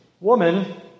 Woman